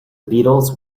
beatles